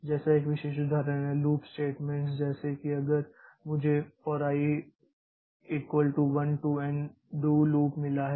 जैसे एक विशिष्ट उदाहरण है लूप स्टेटमेंट्स जैसे कि अगर मुझे for i equal to 1 to n do loop मिला है